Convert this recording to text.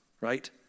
right